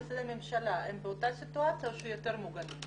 המבקרים במשרדי הממשלה הם באותה סיטואציה או שהם יותר מוגנים?